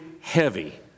heavy